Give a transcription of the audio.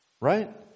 Right